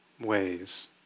ways